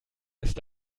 ist